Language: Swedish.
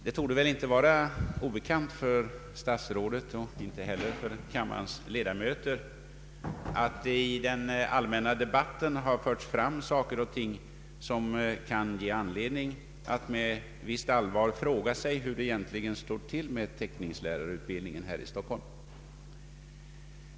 Det torde inte vara obekant för statsrådet och inte heller för kammarens ledamöter att i den allmänna debatten har förts fram saker och ting, som kan ge anledning att med visst allvar fråga sig hur det egentligen står till med teckningslärarutbildningen här i Stockholm.